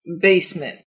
basement